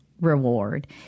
reward